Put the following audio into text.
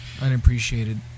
unappreciated